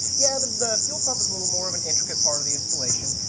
yeah, the the fuel pump is a little more of an intricate part of the installation.